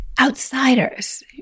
outsiders